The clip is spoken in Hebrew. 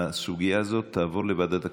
הסוגיה הזאת תעבור לוועדת הכספים.